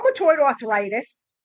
arthritis